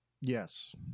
Yes